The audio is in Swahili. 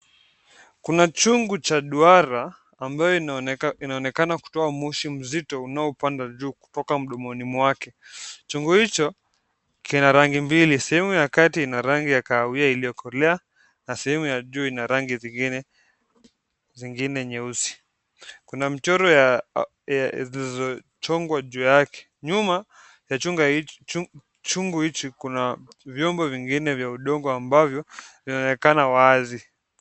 Kuna chungu cha duara ambayo inaonekana kutoa moshi mzito unaopanda juu kutoka mdomoni mwake. Chungu hicho kina rangi mbili, sehemu ya kati ina rangi ya kahawia iliyokolea na sehemu ya juu ina rangi zingine nyeusi. Kuna mchoro zilizochongwa juu yake. Nyuma ya chunga chungu hichi kuna vyombo vingine vya udongo ambavyo vinaonekana wazi.